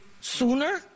sooner